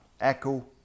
echo